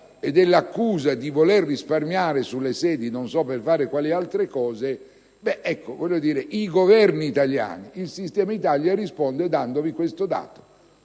e all'accusa di voler risparmiare sulle sedi (non so per fare quali altre cose), i Governi italiani ed il sistema Italia rispondono fornendo tale